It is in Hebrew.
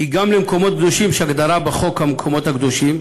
כי גם למקומות קדושים יש הגדרה בחוק כמקומות הקדושים,